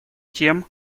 тем